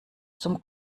zum